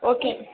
okay